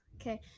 okay